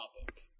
topic